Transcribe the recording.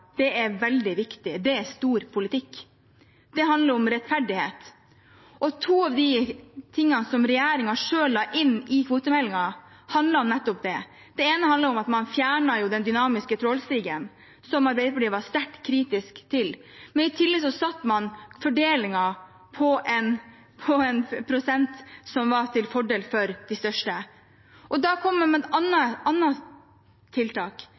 er veldig viktig, dette er stor politikk. Det handler om rettferdighet. To av de tingene som regjeringen selv la inn i kvotemeldingen, handler om nettopp det. Det ene handler om at man fjerner den dynamiske trålstigen, som Arbeiderpartiet var sterkt kritisk til. I tillegg satte man en prosentvis fordeling som var til fordel for de største. Da kom man med et annet tiltak: